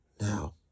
Now